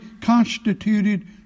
constituted